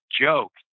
joke